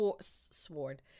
Sword